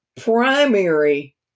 primary